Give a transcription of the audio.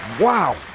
Wow